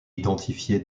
identifié